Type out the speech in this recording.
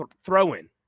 throw-in